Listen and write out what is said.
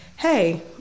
hey